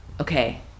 Okay